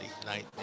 tonight